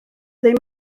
ddim